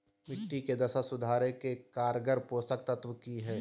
मिट्टी के दशा सुधारे के कारगर पोषक तत्व की है?